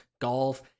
golf